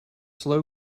slow